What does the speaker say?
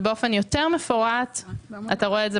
אתה רואה פה